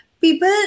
people